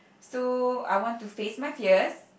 so I want to face my fears